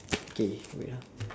K wait ah